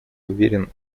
уверен